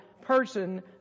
person